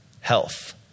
health